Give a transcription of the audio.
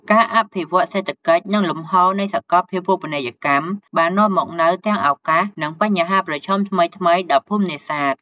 ការអភិវឌ្ឍន៍សេដ្ឋកិច្ច និងលំហូរនៃសកលភាវូបនីយកម្មបាននាំមកនូវទាំងឱកាស និងបញ្ហាប្រឈមថ្មីៗដល់ភូមិនេសាទ។